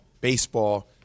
baseball